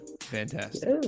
Fantastic